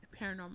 paranormal